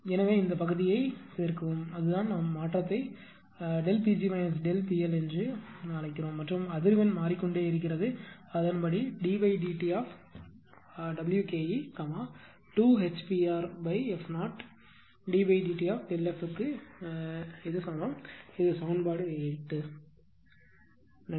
எனவே இந்த பகுதியை சேர்க்கவும் அதுதான் மாற்றத்தை நீங்கள் Pg PLஎன்று அழைக்கிறோம் மற்றும் அதிர்வெண் மாறிக்கொண்டே இருக்கிறது அதன்படி ddtWke 2HPrf0ddtΔf க்கு இது சமன்பாடு 8